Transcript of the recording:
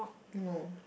no